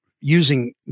using